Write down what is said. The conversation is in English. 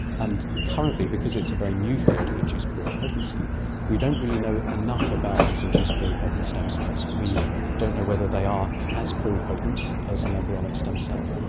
and currently because it's a very new field of induced pluripotency we don't really know enough about these induced pluripotent stem cells. we don't know whether they are as pluripotent as an embryonic stem cell,